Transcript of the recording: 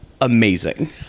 amazing